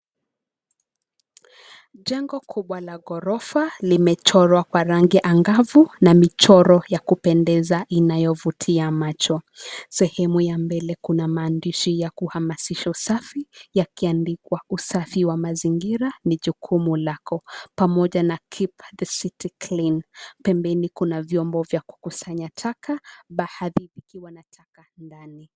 Jengo kubwa la ghorofa, limechorwa kwa rangi angavu, na michoro ya kupendeza inayovutia macho. Sehemu ya mbele kuna maandishi ya kuhamasisha usafi, yakiandikwa "Usafi wa mazingira, ni jukumu lako" pamoja na "Keep the city clean". Pembeni kuna vyombo vya kukusanya taka, baadhi ikiwa na taka ndani.